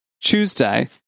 Tuesday